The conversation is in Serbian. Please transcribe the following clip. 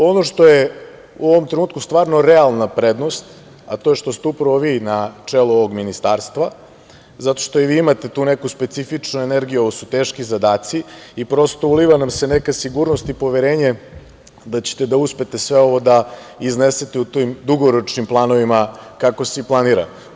Ono što je u ovom trenutku stvarno realna prednost, a to je što ste upravo vi na čelu ovog Ministarstva, zato što i vi imate tu neku specifičnu energiju, a ovo su teški zadaci i prosto uliva nam se neka sigurnost i poverenje da ćete da uspete sve ovo da iznesete u tim dugoročnim planovima kako se i planira.